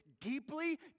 deeply